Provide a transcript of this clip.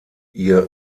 ihr